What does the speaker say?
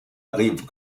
rive